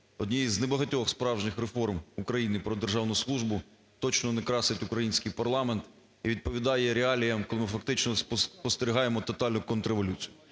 однієї з небагатьох справжніх реформ України "Про державну службу", точно не красить український парламент і відповідає реаліям, коли ми фактично спостерігаємо тотальну контрреволюцію.